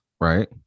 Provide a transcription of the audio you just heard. right